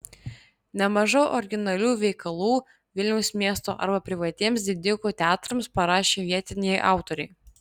nemaža originalių veikalų vilniaus miesto arba privatiems didikų teatrams parašė vietiniai autoriai